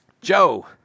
Joe